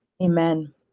Amen